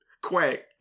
Quack